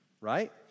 right